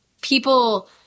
people